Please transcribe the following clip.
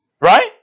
Right